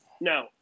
no